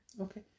Okay